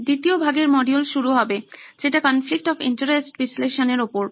দ্বিতীয় ভাগের মডিউল শুরু হবে যেটা কনফ্লিক্ট অফ ইন্টারেস্ট বিশ্লেষণের ওপর